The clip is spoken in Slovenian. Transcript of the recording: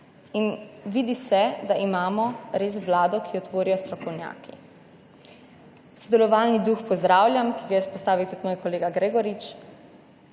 In vidi se, da imamo res Vlado, ki jo tvorijo strokovnjaki. Sodelovalni duh pozdravljam, ki ga je izpostavil tudi moj kolega Gregorič